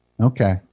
Okay